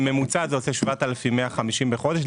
בממוצע זה יוצא 7,150 בחודש.